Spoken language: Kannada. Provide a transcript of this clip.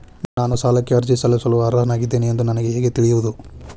ನಾನು ಸಾಲಕ್ಕೆ ಅರ್ಜಿ ಸಲ್ಲಿಸಲು ಅರ್ಹನಾಗಿದ್ದೇನೆ ಎಂದು ನನಗೆ ಹೇಗೆ ತಿಳಿಯುವುದು?